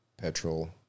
petrol